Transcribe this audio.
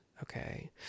okay